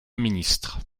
ministre